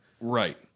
Right